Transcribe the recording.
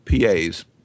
PAs